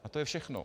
A to je všechno.